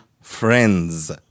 friends